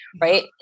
Right